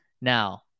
now